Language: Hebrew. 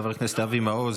חבר הכנסת אבי מעוז,